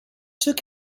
took